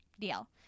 Deal